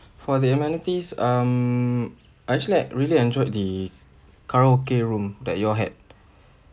for the amenities um I actually I really enjoyed the karaoke room that y'all had